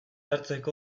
hartzeko